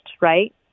right